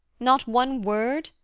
not one word?